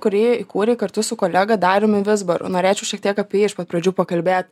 kurį įkūrei kartu su kolega dariumi vizbaru norėčiau šiek tiek apie jį iš pat pradžių pakalbėt